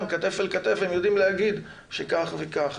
כתף אל כתף והם יודעים להגיד שכך וכך.